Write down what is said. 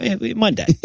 Monday